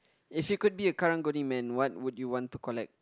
if you could be a Karang-Guni man what would you want to collect